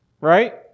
right